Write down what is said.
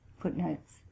Footnotes